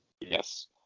Yes